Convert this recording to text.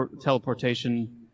teleportation